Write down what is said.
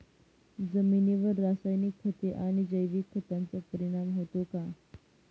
जमिनीवर रासायनिक खते आणि जैविक खतांचा परिणाम होतो का?